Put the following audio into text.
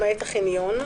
למעט החניון,